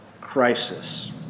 crisis